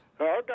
Okay